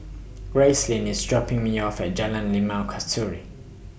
Gracelyn IS dropping Me off At Jalan Limau Kasturi